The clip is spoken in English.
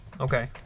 Okay